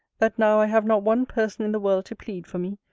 that now i have not one person in the world to plead for me,